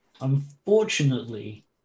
Unfortunately